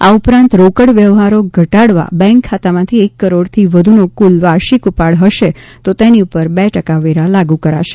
આ ઉપરાંત રોકડ વ્યવહારો ઘટાડવા બેન્ક ખાતામાંથી એક કરોડથી વધુનો કુલ વાર્ષિક ઉપાડ હશે તો તેની પર બે ટકા વેરા લાગુ કરાશે